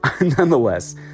Nonetheless